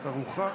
את ערוכה?